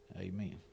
amen